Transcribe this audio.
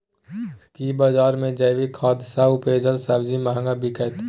की बजार मे जैविक खाद सॅ उपजेल सब्जी महंगा बिकतै?